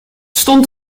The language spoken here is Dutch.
stond